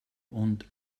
und